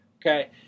Okay